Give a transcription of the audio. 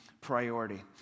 priority